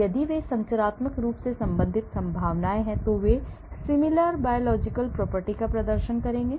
यदि वे संरचनात्मक रूप से संबंधित संभावनाएं हैं तो वे similar biological property का प्रदर्शन करेंगे